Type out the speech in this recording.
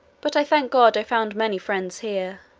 but i thank god i found many friends here,